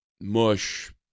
Mush